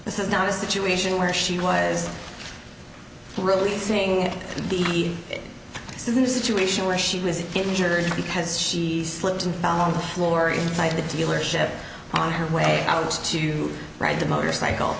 this is not a situation where she was really saying it even in the situation where she was injured because she slipped and fell on the floor inside the dealership on her way out to you right the motorcycle